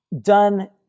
done